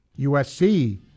USC –